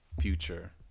future